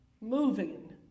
moving